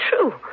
true